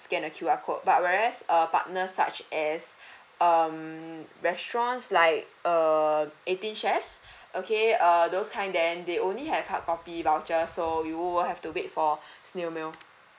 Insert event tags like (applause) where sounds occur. scan a Q_R code but whereas err partners such as (breath) um restaurants like err eighteen chefs (breath) okay err those kind then they only have hard copy vouchers so you will have to wait for (breath) snail mail